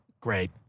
Great